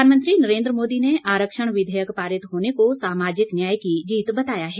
प्रधानमंत्री नरेन्द्र मोदी ने आरक्षण विधेयक पारित होने को सामाजिक न्याय की जीत बताया है